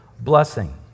blessing